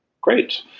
Great